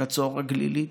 מחצור הגלילית.